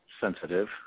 sensitive